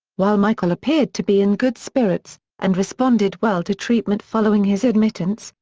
while michael appeared to be in good spirits and responded well to treatment following his admittance,